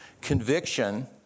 conviction